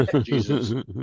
Jesus